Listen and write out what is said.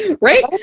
Right